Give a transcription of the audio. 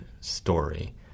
story